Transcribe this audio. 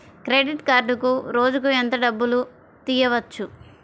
Credit కార్డులో రోజుకు ఎంత డబ్బులు తీయవచ్చు?